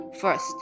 First